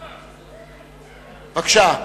בבקשה.